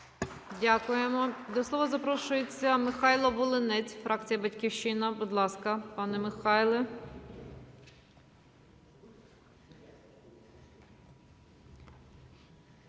Дякуємо. До слова запрошується Михайло Волинець, фракція "Батьківщина". Будь ласка, пане Михайле.